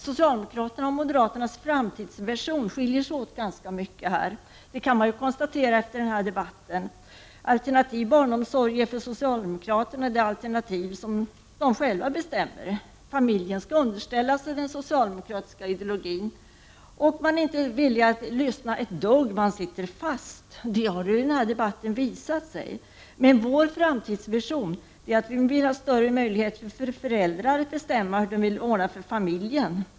Socialdemokraternas och moderata samlingspartiets framtidsvision skiljer sig åt ganska mycket — det kan man konstatera efter den här debatten. Alternativ barnomsorg är för socialdemokraterna det alternativ som de själva bestämmer. Familjen skall underställas den socialdemokratiska ideologin. Man är inte villig att lyssna ett dugg, man sitter fast. Men vår framtidsvision är större möjligheter för föräldrar att bestämma hur de vill ordna för familjen.